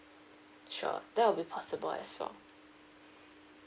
sure that will be possible as well